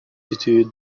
située